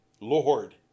Lord